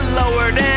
lowered